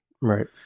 Right